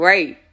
Right